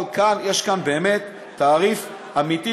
אבל כאן יש באמת תעריף אמיתי,